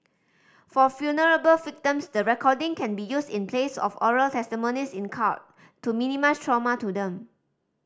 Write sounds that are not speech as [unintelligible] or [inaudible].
for [unintelligible] victims the recording can be used in place of oral testimonies in court to minimise trauma to them